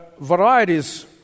varieties